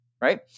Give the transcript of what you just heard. right